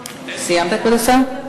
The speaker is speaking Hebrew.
סיימת, כבוד השר?